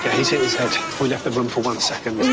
he's hit his head. we left the room for one second,